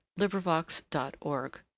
LibriVox.org